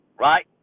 Right